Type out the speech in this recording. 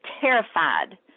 terrified